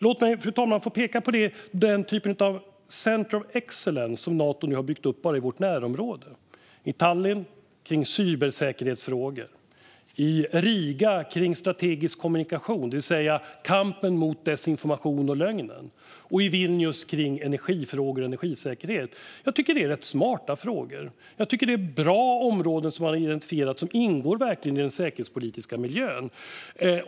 Låt mig, fru talman, få peka på den typ av centre of excellence som Nato nu har byggt upp i vårt närområde: i Tallinn när det gäller cybersäkerhetsfrågor, i Riga när det gäller strategisk kommunikation, det vill säga kampen mot desinformation och lögn, och i Vilnius när det gäller energifrågor och energisäkerhet. Jag tycker att det är rätt smarta frågor. Jag tycker att det är bra områden som man har identifierat, som verkligen ingår i den säkerhetspolitiska miljön.